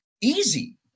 Easy